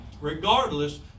regardless